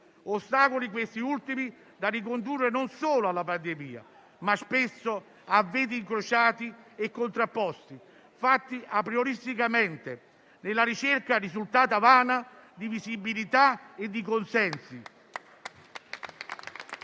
ostacoli questi ultimi da ricondurre, non solo alla pandemia, ma spesso a veti incrociati e contrapposti, fatti aprioristicamente, nella ricerca risultata vana di visibilità e di consensi